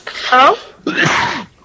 Hello